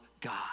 God